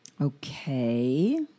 Okay